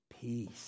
Peace